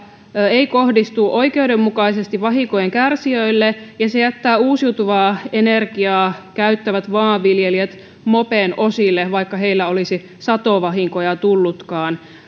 ei kohdistu oikeudenmukaisesti vahinkojen kärsijöille ja se jättää uusiutuvaa energiaa käyttävät maanviljelijät mopen osille vaikka heille olisi satovahinkoja tullutkin